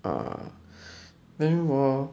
ah then wha~